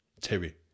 Terry